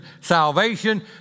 salvation